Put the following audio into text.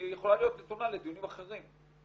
היא יכולה להיות נתונה לדיונים אחרים.